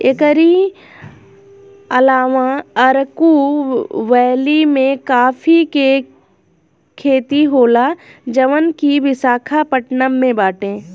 एकरी अलावा अरकू वैली में काफी के खेती होला जवन की विशाखापट्टनम में बाटे